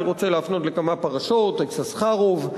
אני רוצה להפנות לכמה פרשות: יששכרוב,